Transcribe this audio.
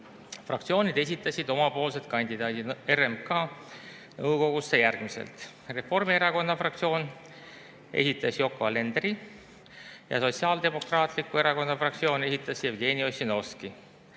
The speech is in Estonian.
Fraktsioonid esitasid omapoolsed kandidaadid RMK nõukogusse järgmiselt. Reformierakonna fraktsioon esitas Yoko Alenderi ja Sotsiaaldemokraatliku Erakonna fraktsioon esitas Jevgeni Ossinovski.